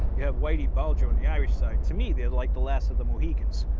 you have whitey bulger on the irish side. to me, they're like the last of the mohicans.